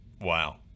Wow